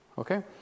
Okay